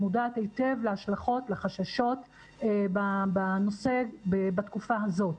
מודעת היטב להשלכות ולחששות בנושא בתקופה הזאת.